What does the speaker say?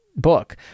book